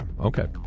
Okay